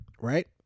right